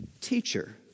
teacher